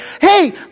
hey